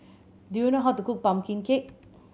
do you know how to cook pumpkin cake